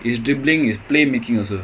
positioning and dribbling is really good